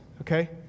okay